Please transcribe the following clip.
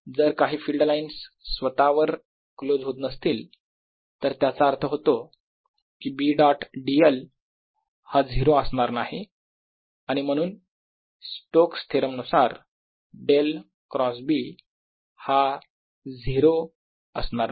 जर काही field lines स्वतःवर क्लोज होत नसतील तर त्याचा अर्थ होतो कि B डॉट dl हा 0 असणार नाही आणि म्हणून स्टोक्स थेरम नुसार डेल क्रॉस B हा 0 असणार नाही